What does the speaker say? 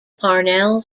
parnell